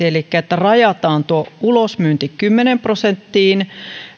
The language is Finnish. elikkä rajataan tuo ulosmyynti kymmeneen prosenttiin